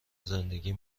زندگی